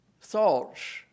thoughts